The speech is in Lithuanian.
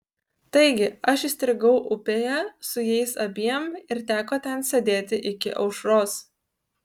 taigi aš įstrigau upėje su jais abiem ir teko ten sėdėti iki aušros